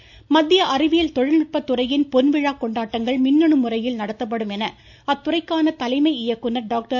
ஷ்மா மத்திய அறிவியல் தொழில்நுட்பத்துறையின் பொன்விழா கொண்டாடங்கள் முறையில் நடத்தப்படும் என அத்துறைக்கான தலைமை இயக்குநர் மின்னணு டாக்டர்